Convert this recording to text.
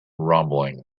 rumbling